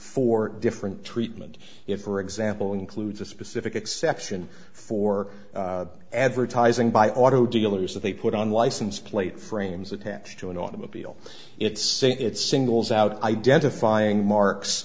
for different treatment if for example includes a specific exception for advertising by auto dealers that they put on license plate frames attached to an automobile it's saying it singles out identifying marks